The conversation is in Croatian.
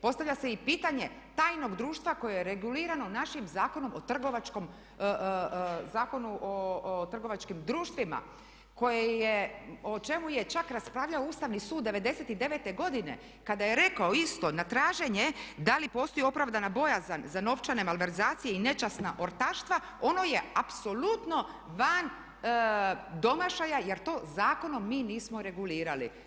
Postavlja se i pitanje tajnog društva koje je regulirano našim Zakonom o trgovačkim društvima koje je, o čemu je čak raspravljao Ustavni sud '99. godine kada je rekao isto na traženje da li postoji opravdana bojazan za novčane malverzacije i nečasna ortaštva ono je apsolutno van domašaja jer to zakonom mi nismo regulirali.